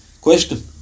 Question